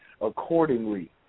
accordingly